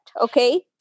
Okay